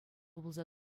пулса